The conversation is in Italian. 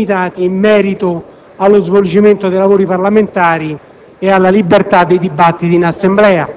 ma compiti ben limitati in merito allo svolgimento dei lavori parlamentari e alla libertà di dibattito in Assemblea.